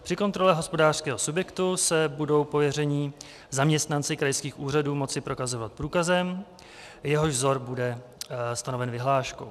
Při kontrole hospodářského subjektu se budou pověření zaměstnanci krajských úřadů moci prokazovat průkazem, jehož vzor bude stanoven vyhláškou.